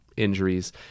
injuries